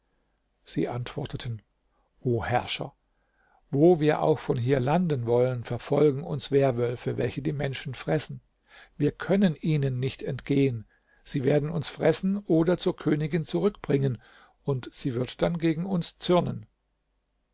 sie antworteten o herrscher wo wir auch von hier landen wollen verfolgen uns werwölfe welche die menschen fressen wir können ihnen nicht entgehen sie werden uns fressen oder zur königin zurückbringen und sie wird dann gegen uns zürnen